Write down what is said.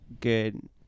Good